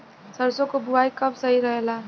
सरसों क बुवाई कब सही रहेला?